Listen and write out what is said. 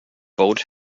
boat